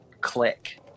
click